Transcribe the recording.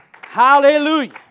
Hallelujah